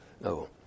No